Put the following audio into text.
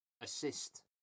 assist